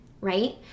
right